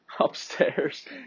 upstairs